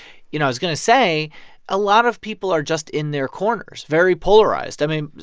you know, i was going to say a lot of people are just in their corners, very polarized. i mean,